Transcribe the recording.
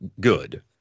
good